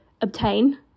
obtain